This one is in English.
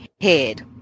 head